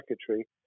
secretary